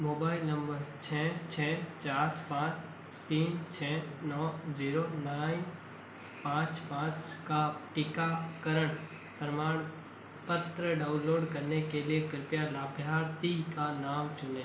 mobile number छः छः चार पाँच तीन छः नौ जीरो नाइन पाँच पाँच का टीकाकरण प्रमाणपत्र डाउनलोड करने के लिए कृपया लाभ्यार्थी का नाम चुनें